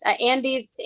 Andy's